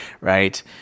right